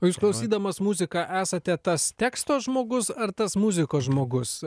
o jūs klausydamas muziką esate tas teksto žmogus ar tas muzikos žmogus